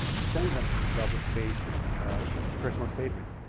send them double-spaced personal statement.